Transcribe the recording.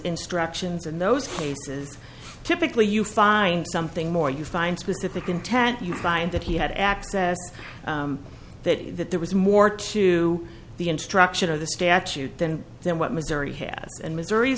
instructions in those cases typically you find something more you find specific content you find that he had access to that that there was more to the instruction of the statute than than what missouri has and missouri